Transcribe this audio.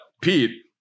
Pete